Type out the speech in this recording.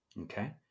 Okay